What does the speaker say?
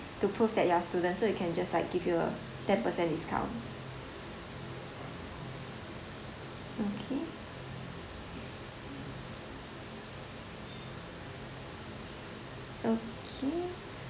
to prove that you are student so we can just like give you ten percent discount okay okay